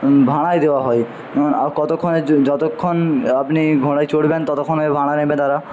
ভাড়ায় দেওয়া হয় কতক্ষণের জন্য যতক্ষণ আপনি ঘোড়ায় চড়বেন ততক্ষণের ভাড়া নেবে তারা